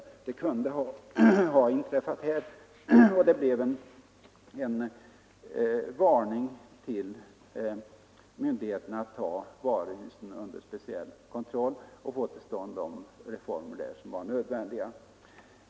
Katastrofen kunde ha inträffat här, och det blev en varning till myndigheterna att ta varuhusen under speciell kontroll och söka få till stånd de reformer där som var nödvändiga.